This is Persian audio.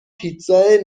پیتزا